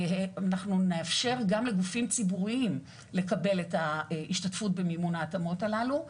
אנחנו נאפשר גם לגופים ציבוריים לקבל את ההשתתפות במימון ההתאמות הללו,